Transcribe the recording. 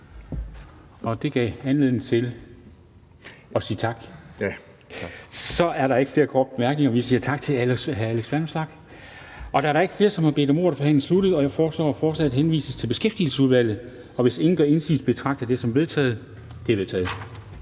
Det gav anledning til at sige tak. Så er der ikke flere korte bemærkninger. Vi siger tak til hr. Alex Vanopslagh. Da der ikke er flere, som har bedt om ordet, er forhandlingen sluttet. Jeg foreslår, at forslaget henvises til Beskæftigelsesudvalget. Hvis ingen gør indsigelse, betragter jeg det som vedtaget. Det er vedtaget.